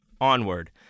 onward